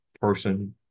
person